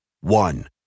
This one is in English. One